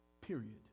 period